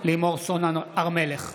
לימור סון הר מלך,